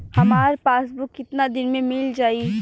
हमार पासबुक कितना दिन में मील जाई?